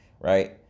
right